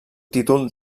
títol